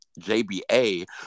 JBA